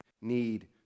need